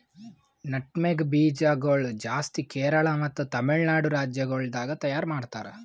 nutmeg ಬೀಜ ಗೊಳ್ ಜಾಸ್ತಿ ಕೇರಳ ಮತ್ತ ತಮಿಳುನಾಡು ರಾಜ್ಯ ಗೊಳ್ದಾಗ್ ತೈಯಾರ್ ಮಾಡ್ತಾರ್